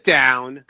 down